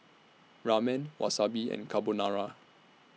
Ramen Wasabi and Carbonara